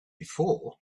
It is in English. before